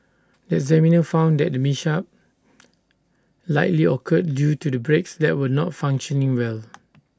the examiner found that the mishap likely occurred due to the brakes that were not functioning well